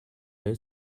های